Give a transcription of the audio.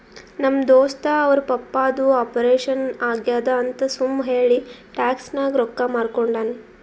ನಮ್ ದೋಸ್ತ ಅವ್ರ ಪಪ್ಪಾದು ಆಪರೇಷನ್ ಆಗ್ಯಾದ್ ಅಂತ್ ಸುಮ್ ಹೇಳಿ ಟ್ಯಾಕ್ಸ್ ನಾಗ್ ರೊಕ್ಕಾ ಮೂರ್ಕೊಂಡಾನ್